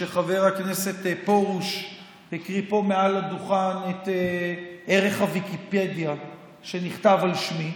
כשחבר הכנסת פרוש הקריא פה מעל הדוכן את ערך הוויקיפדיה שנכתב על שמי,